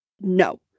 no